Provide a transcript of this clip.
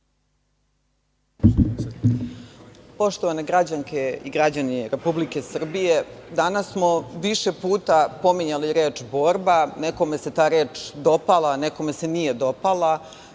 Poštovane građanke i građani Republike Srbije. Danas smo više puta pominjali reč borba. Nekome se ta reč dopala, nekome se nije dopala.